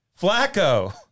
Flacco